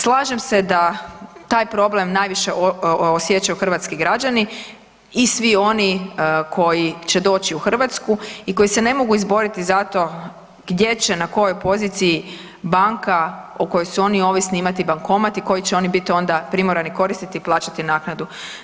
Slažem se da taj problem najviše osjećaju hrvatski građani i svi oni koji će doći u Hrvatsku i koji se ne mogu izboriti za to gdje će na kojoj poziciji banka o kojoj su oni ovisni imati bankomat i koji će oni onda biti primorani koristiti i plaćati naknadu.